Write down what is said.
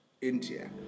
India